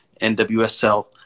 nwsl